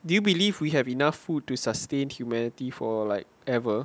do you believe we have enough food to sustain humanity for like ever